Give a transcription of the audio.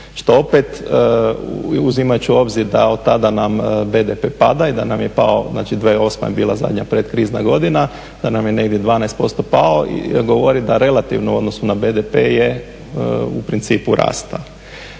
opet uzimat ću u obzir da od tada nam BDP pada i da nam je pao, znači 2008. je bila zadnja predkrizna godina, da nam je negdje 12% pao i govori da relativno u odnosu na BDP je u principu rastao.